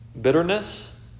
bitterness